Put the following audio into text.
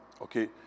okay